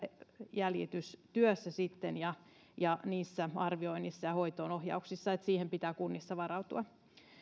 jäljitystyössä ja ja niissä arvioinneissa ja hoitoonohjauksissa siihen pitää kunnissa varautua